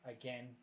again